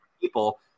people